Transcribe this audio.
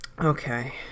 Okay